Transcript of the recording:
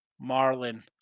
Marlin